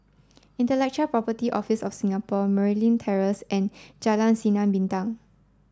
Intellectual Property Office of Singapore Merryn Terrace and Jalan Sinar Bintang